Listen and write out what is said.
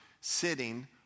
sitting